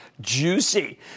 Juicy